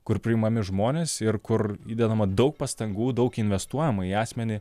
kur priimami žmonės ir kur įdedama daug pastangų daug investuojama į asmenį